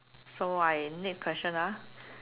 so I next question ah